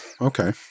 Okay